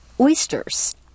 oysters